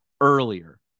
earlier